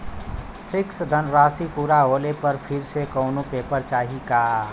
Fix धनराशी पूरा होले पर फिर से कौनो पेपर चाही का?